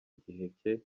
giheke